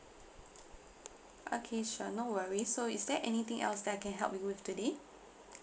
okay sure no worries so is there anything else that I can help you with today